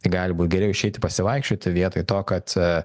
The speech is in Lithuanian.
tai gali būt geriau išeiti pasivaikščioti vietoj to kad